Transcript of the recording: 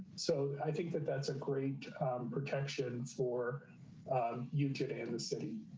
so i think that that's a great protection for youtube and the city.